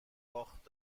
باخت